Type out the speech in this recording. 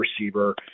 receiver